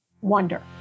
wonder